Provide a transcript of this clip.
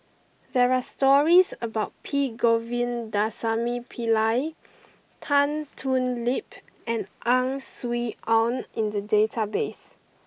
there are stories about P Govindasamy Pillai Tan Thoon Lip and Ang Swee Aun in the database